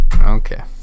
okay